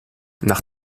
nach